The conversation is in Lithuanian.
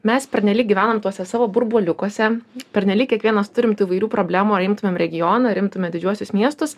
mes pernelyg gyvenam tuose savo burbuliukuose pernelyg kiekvienas turim tų įvairių problemų ar imtumėm regioną ar imtume didžiuosius miestus